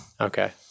Okay